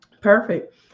Perfect